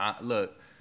look